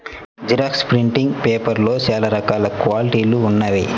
xerox printing పేపర్లలో చాలా రకాల క్వాలిటీలు ఉన్నాయి